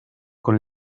con